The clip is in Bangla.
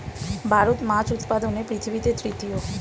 ভারত মাছ উৎপাদনে পৃথিবীতে তৃতীয়